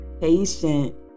patient